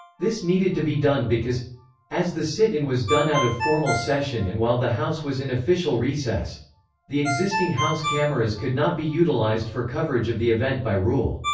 this needed to be done because as the sit-in was done out of formal session and while the house was in official recess the existing house cameras could not be utilized for coverage of the event by rule.